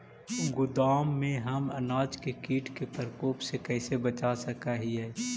गोदाम में हम अनाज के किट के प्रकोप से कैसे बचा सक हिय?